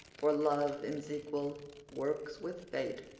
for love in sequel works with fate,